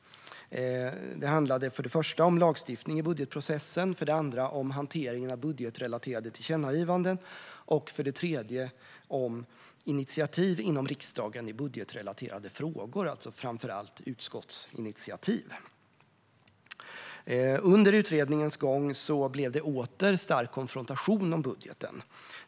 Det handlade för det första om lagstiftningen i budgetprocessen, för det andra om hanteringen av budgetrelaterade tillkännagivanden och för det tredje om initiativ inom riksdagen i budgetrelaterade frågor, framför allt utskottsinitiativ. Under utredningens gång blev det åter stark konfrontation om budgeten.